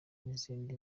n’izindi